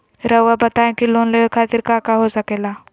रउआ बताई की लोन लेवे खातिर काका हो सके ला?